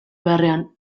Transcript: beharrean